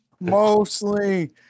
mostly